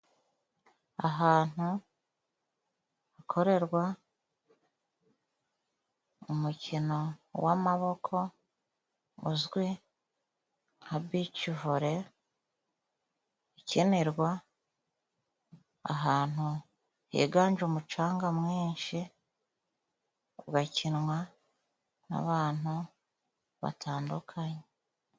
Ahantu hakorerwa umukino w'amaboko uzwi nka Bicivole, ikinirwa ahantu higanje umucanga mwinshi, ugakinwa n'abantu batandukanye.